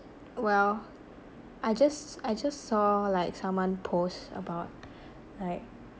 well I just I just saw like someone post about like